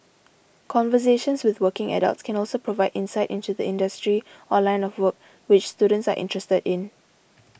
conversations with working adults can also provide insight into the industry or line of work which students are interested in